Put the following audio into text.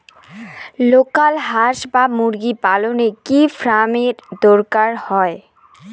Local হাস বা মুরগি পালনে কি ফার্ম এর দরকার হয়?